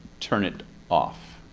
turn it off.